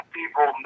people